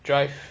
drive